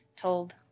told